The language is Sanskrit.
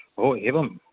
ओ एवम्